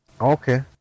Okay